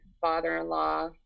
father-in-law